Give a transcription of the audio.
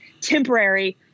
temporary